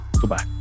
Goodbye